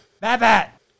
Bat-bat